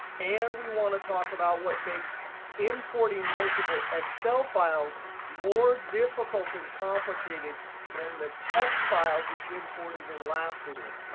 and we want to talk about what makes importing multiple excel files more difficult and complicated than the text files we imported in the last video.